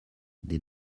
did